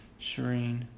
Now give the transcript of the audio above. Shireen